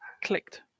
clicked